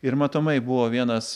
ir matomai buvo vienas